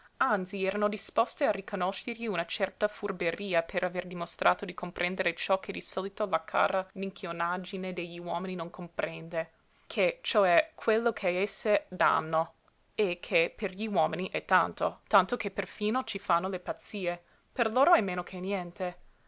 anzi erano disposte a riconoscergli una certa furberia per aver dimostrato di comprendere ciò che di solito la cara minchionaggine degli uomini non comprende che cioè quello che esse dànno e che per gli uomini è tanto tanto che perfino ci fanno le pazzie per loro è meno che niente